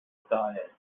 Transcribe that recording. diet